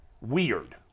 weird